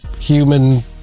human